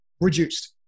reduced